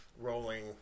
rolling